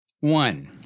One